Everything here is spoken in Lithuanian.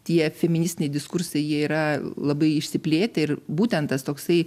tie feministiniai diskursai jie yra labai išsiplėtę ir būtent tas toksai